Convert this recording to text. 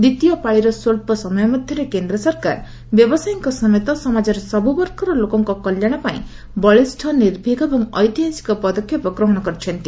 ଦ୍ୱିତୀୟ ପାଳିର ସ୍ୱଚ୍ଚ ସମୟ ମଧ୍ୟରେ କେନ୍ଦ୍ର ସରକାର ବ୍ୟବସାୟୀଙ୍କ ସମେତ ସମାଜର ସବୁ ବର୍ଗର ଲୋକଙ୍କ କଲ୍ୟାଣ ପାଇଁ ବଳିଷ୍ଠ ନିର୍ଭୀକ ଏବଂ ଐତିହାସିକ ପଦକ୍ଷେପ ଗ୍ରହଣ କରିଛନ୍ତି